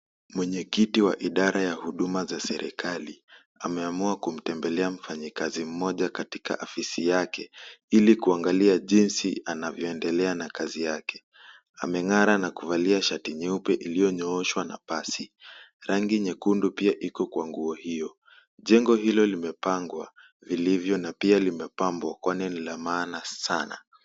Mwenyekiti wa idara ya huduma za serikali ameamua kumtembelea mfanyikazi mmoja katika afisi yake ili kuangalia jinzi anavyoendelea na kazi yake. Ameng'ara na kuvalia shati nyeupe iliyonyooshwa na pasi. Rangi nyekundu pia iko kwa nguo hiyo. Jengo hilo limepangwa vilivyo na pia limepambwa kwani ni la maana sana.